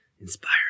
inspired